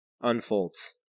unfolds